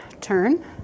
turn